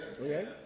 Okay